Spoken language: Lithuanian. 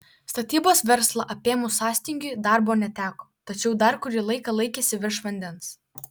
statybos verslą apėmus sąstingiui darbo neteko tačiau dar kurį laiką laikėsi virš vandens